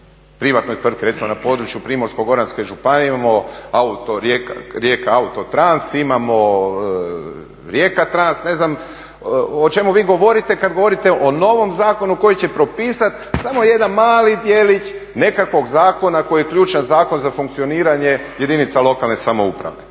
privatnoj tvrtci. Recimo na području Primorsko-goranske županije imamo Rijeka autotrans, imamo Rijeka trans, ne znam o čemu vi govorite kad govorite o novom zakonu koji će propisat samo jedan mali djelić nekakvog zakona koji je ključan zakon za funkcioniranje jedinica lokalne samouprave.